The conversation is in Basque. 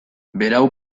berau